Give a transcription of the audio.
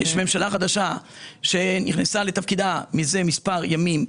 יש ממשלה חדשה שנכנסה לתפקידה רק לפני מספר ימים.